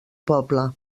poble